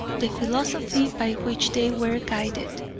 the philosophy by which they were guided.